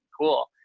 cool